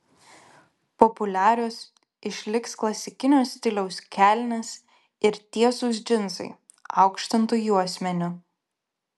populiarios išliks klasikinio stiliaus kelnės ir tiesūs džinsai aukštintu juosmeniu